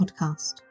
podcast